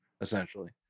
essentially